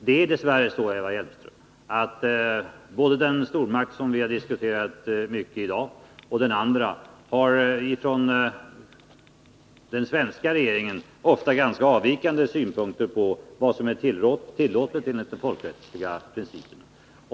Det är dess värre så, Eva Hjelmström, att både den stormakt som vi har diskuterat mycket i dag och den andra stormakten ofta har ifrån den svenska regeringen ganska avvikande synpunkter på vad som är politiskt önskvärt och att folkrättsliga principer därför kan vara bra att ha.